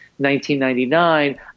1999